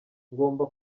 ngomba